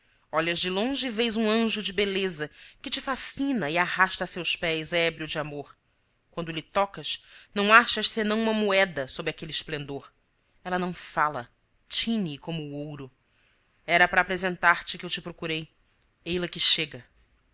olhas de longe e vês um anjo de beleza que te fascina e arrasta a seus pés ébrio de amor quando lhe tocas não achas senão uma moeda sob aquele esplendor ela não fala tine como o ouro era para apresentar-te que eu te procurei ei-la que chega